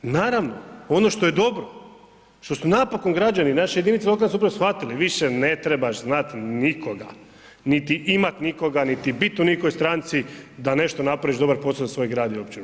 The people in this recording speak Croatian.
Naravno, ono što je dobro, što su napokon građani i naše jedinice lokalne samouprave shvatili više ne trebaš znati nikoga, niti imati nikoga niti biti u nikojoj stranci da nešto napraviš dobar posao za svoj grad i općinu.